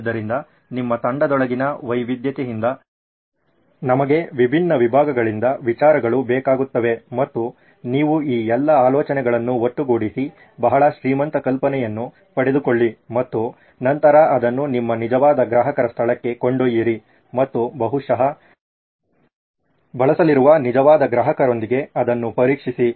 ಆದ್ದರಿಂದ ನಿಮ್ಮ ತಂಡದೊಳಗಿನ ವೈವಿಧ್ಯತೆಯಿಂದ ನಮಗೆ ವಿಭಿನ್ನ ವಿಭಾಗಗಳಿಂದ ವಿಚಾರಗಳು ಬೇಕಾಗುತ್ತವೆ ಮತ್ತು ನೀವು ಈ ಎಲ್ಲಾ ಆಲೋಚನೆಗಳನ್ನು ಒಟ್ಟುಗೂಡಿಸಿ ಬಹಳ ಶ್ರೀಮಂತ ಕಲ್ಪನೆಯನ್ನು ಪಡೆದುಕೊಳ್ಳಿ ಮತ್ತು ನಂತರ ಅದನ್ನು ನಿಮ್ಮ ನಿಜವಾದ ಗ್ರಾಹಕರ ಸ್ಥಳಕ್ಕೆ ಕೊಂಡೊಯ್ಯಿರಿ ಮತ್ತು ಬಹುಶಃ ಬಳಸಲಿರುವ ನಿಜವಾದ ಗ್ರಾಹಕರೊಂದಿಗೆ ಅದನ್ನು ಪರೀಕ್ಷಿಸಿ